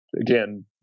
again